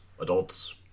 Adults